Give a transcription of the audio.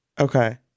Okay